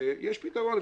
יש פתרון,